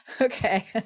okay